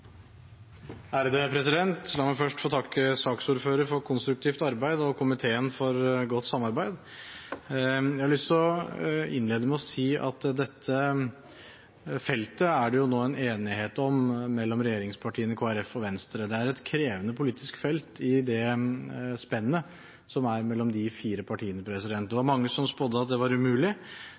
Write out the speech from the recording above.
La meg først få takke saksordfører for konstruktivt arbeid og komiteen for godt samarbeid. Jeg har lyst til å innlede med å si at det på dette feltet nå er en enighet mellom regjeringspartiene, Kristelig Folkeparti og Venstre. Det er et krevende politisk felt i det spennet som er mellom de fire partiene. Det var mange som spådde at det var umulig